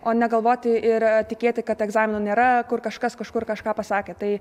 o negalvoti ir tikėti kad egzamino nėra kur kažkas kažkur kažką pasakė tai